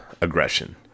aggression